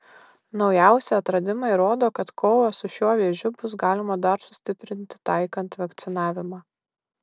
naujausi atradimai rodo kad kovą su šiuo vėžiu bus galima dar sustiprinti taikant vakcinavimą